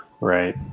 Right